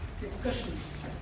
discussions